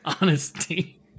honesty